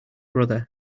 brother